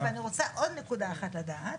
ואני רוצה עוד נקודה אחת לדעת.